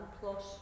plus